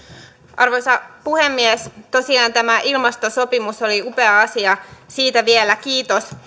arvoisa puhemies tosiaan tämä ilmastosopimus oli upea asia siitä vielä kiitos